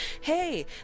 Hey